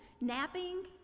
napping